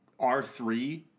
R3